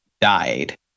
died